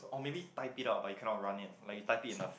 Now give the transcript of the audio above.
oh maybe type it out but you can not run it like you type it in a